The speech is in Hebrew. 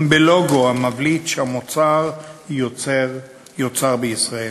בלוגו המבליט שהמוצר יוצר בישראל.